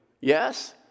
Yes